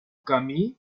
camí